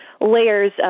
layers